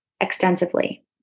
extensively